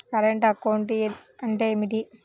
Current account అంటే ఏమిటి?